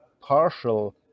partial